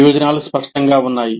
ప్రయోజనాలు స్పష్టంగా ఉన్నాయి